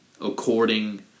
according